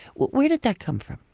where did that come from?